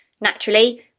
naturally